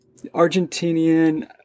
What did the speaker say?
Argentinian